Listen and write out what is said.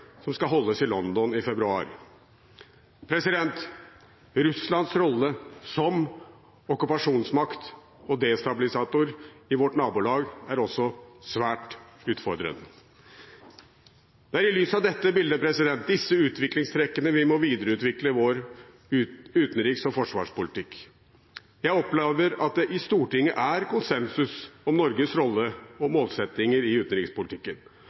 som skal holdes i London i februar. Russlands rolle som okkupasjonsmakt og destabilisator i vårt nabolag er også svært utfordrende. Det er i lys av dette bildet, disse utviklingstrekkene, vi må videreutvikle vår utenriks- og forsvarspolitikk. Jeg opplever at det i Stortinget er konsensus om Norges rolle og målsettinger i utenrikspolitikken,